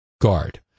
guard